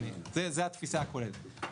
שנייה, זאת התפיסה הכוללת.